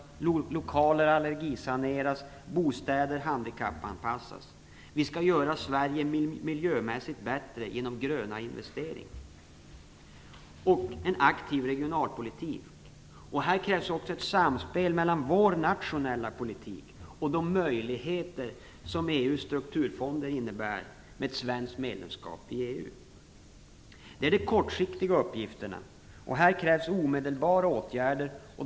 Lokaler skall allergisaneras och bostäder handikappanpassas. Vi skall göra Sverige miljömässigt bättre genom gröna investeringar. Aktiv regionalpolitik. Här krävs det ett samspel mellan vår nationella politik och de möjligheter som Det här är de kortsiktiga uppgifterna, och här krävs det omedelbara åtgärder.